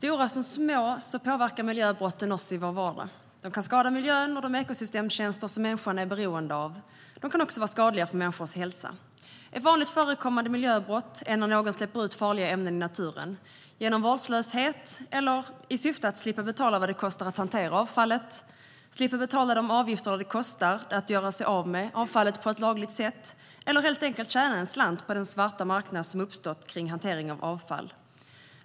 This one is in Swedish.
Fru talman! Såväl stora som små miljöbrott påverkar oss i vår vardag. De kan skada miljön och de ekosystemtjänster som människan är beroende av. De kan också vara skadliga för människors hälsa. Ett vanligt förekommande miljöbrott är att någon släpper ut farliga ämnen i naturen genom vårdslöshet eller för att slippa betala vad det kostar att hantera avfallet, slippa de avgifter det kostar att göra sig av med avfallet på ett lagligt sätt eller helt enkelt tjäna en slant på den svarta marknad som uppstått kring hantering av avfall.